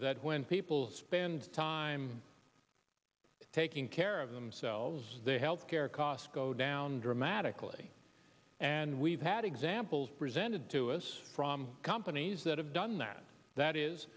that when people spend time taking care of themselves their health care costs go down dramatically and we've had examples presented to us from companies that have done that that is